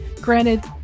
Granted